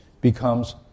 becomes